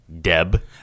DEB